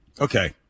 Okay